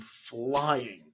flying